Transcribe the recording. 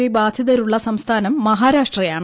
V ബാധിതരുള്ള സംസ്ഥാനം മഹാരാഷ്ട്രയാണ്